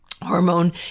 hormone